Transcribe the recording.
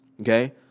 okay